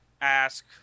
ask